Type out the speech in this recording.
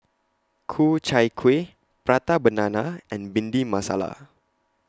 Ku Chai Kueh Prata Banana and Bhindi Masala